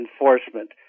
enforcement